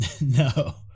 No